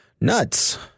nuts